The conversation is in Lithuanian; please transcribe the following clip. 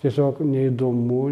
tiesiog neįdomu